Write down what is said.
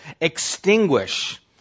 extinguish